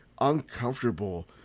uncomfortable